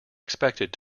expected